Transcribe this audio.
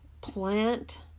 plant